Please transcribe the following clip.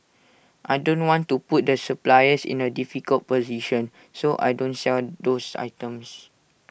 I don't want to put the suppliers in A difficult position so I don't sell those items